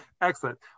excellent